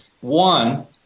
One